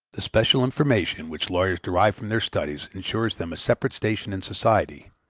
the special information which lawyers derive from their studies ensures them a separate station in society,